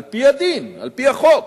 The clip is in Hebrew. על-פי הדין, על-פי החוק,